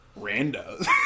randos